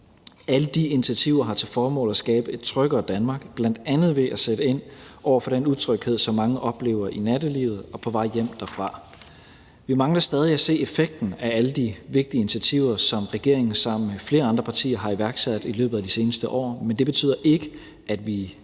Alle de initiativer har til formål at skabe et tryggere Danmark, bl.a. ved at sætte ind over for den utryghed, som mange oplever i nattelivet og på vej hjem derfra. Vi mangler stadig at se effekten af alle de vigtige initiativer, som regeringen sammen med flere andre partier har iværksat i løbet af de seneste år, men det betyder ikke, at vi